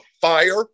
fire